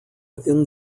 within